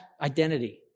identity